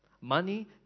Money